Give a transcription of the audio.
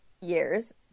years